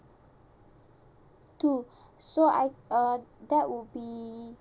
two so I uh that will be